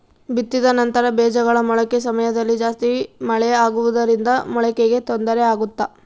ಬಿತ್ತಿದ ನಂತರ ಬೇಜಗಳ ಮೊಳಕೆ ಸಮಯದಲ್ಲಿ ಜಾಸ್ತಿ ಮಳೆ ಆಗುವುದರಿಂದ ಮೊಳಕೆಗೆ ತೊಂದರೆ ಆಗುತ್ತಾ?